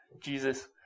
Jesus